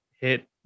hit